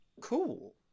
Cool